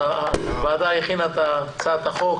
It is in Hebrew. הוועדה הכינה את הצעת החוק,